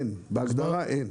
בהגדרה, אין.